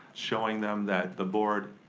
showing them that the board,